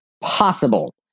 possible